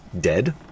dead